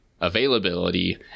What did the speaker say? availability